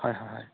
হয় হয় হয়